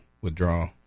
withdraw